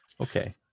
okay